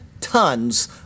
tons